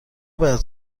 باید